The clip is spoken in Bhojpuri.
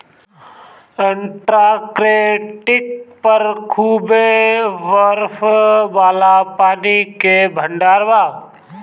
अंटार्कटिक पर खूबे बरफ वाला पानी के भंडार बा